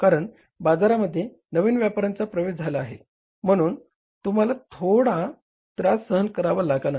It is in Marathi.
कारण बाजारामध्ये नवीन व्यापाऱ्याचा प्रवेश झाला आहे म्हणून तुम्हाला थोडा त्रास सहन करावा लागणार